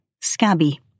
scabby